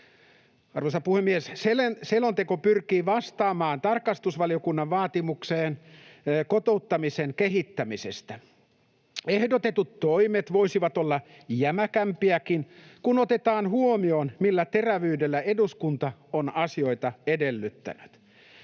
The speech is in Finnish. Arvoisa puhemies! Selonteko pyrkii vastaamaan tarkastusvaliokunnan vaatimukseen kotouttamisen kehittämisestä. Ehdotetut toimet voisivat olla jämäkämpiäkin, kun otetaan huomioon, millä terävyydellä eduskunta on asioita edellyttänyt.